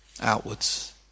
outwards